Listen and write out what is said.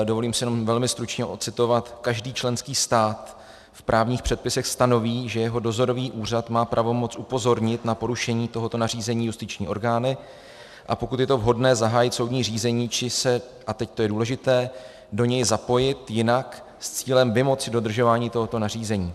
Dovolím si jen velmi stručně ocitovat: Každý členský stát v právních předpisech stanoví, že jeho dozorový úřad má pravomoc upozornit na porušení tohoto nařízení justiční orgány, a pokud je to vhodné, zahájit soudní řízení či se a teď to je důležité do něj zapojit jinak s cílem vymoci dodržování tohoto nařízení.